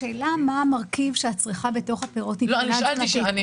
השאלה מה המרכיב של הצריכה בתוך הפירות --- שאלתי שאלה.